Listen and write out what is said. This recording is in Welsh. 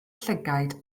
llygaid